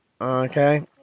okay